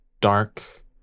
dark